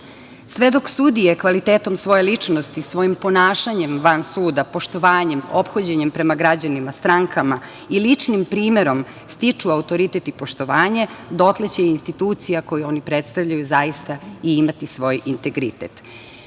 dok sudije kvalitetom svoje ličnosti, svojim ponašanjem van suda, poštovanjem, ophođenjem prema građanima, strankama i ličnim primerom stiču autoritet i poštovanje, dotle će institucija koju oni predstavljaju zaista imati svoj integritet. Složićete